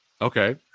Okay